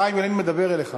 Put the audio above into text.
חיים ילין מדבר אליך.